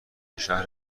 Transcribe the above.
شهر